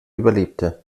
überlebte